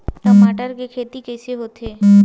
टमाटर के खेती कइसे होथे?